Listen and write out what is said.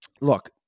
look